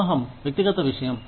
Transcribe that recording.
వివాహం వ్యక్తిగత విషయం